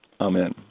Amen